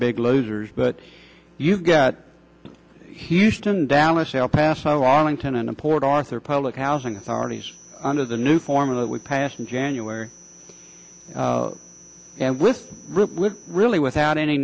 big losers but you get houston dallas el paso arlington and import arthur public housing authorities under the new form of that we passed in january and with really without any